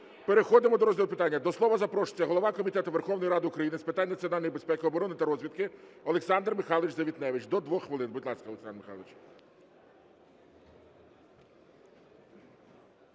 переходимо до розгляду питання. До слова запрошується голова Комітету Верховної Ради України з питань національної безпеки, оборони та розвідки Олександр Михайлович Завітневич. До 2 хвилин. Будь ласка, Олександр Михайлович.